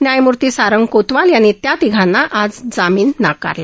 न्यायमूर्ती सारंग कोतवाल यांनी त्या तिघांना आज जामीन नाकारला